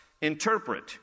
interpret